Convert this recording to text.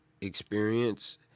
experience